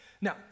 Now